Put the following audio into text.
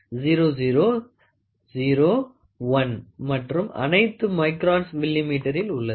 0001 மற்றும் அனைத்தும் மைக்ரோன்ஸ் மில்லிமீட்டரில் உள்ளது